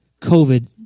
COVID